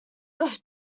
earth